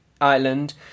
island